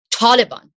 Taliban